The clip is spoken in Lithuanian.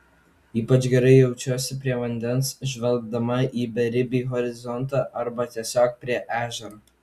ypač gerai jaučiuosi prie vandens žvelgdama į beribį horizontą arba tiesiog prie ežero